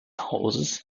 hauses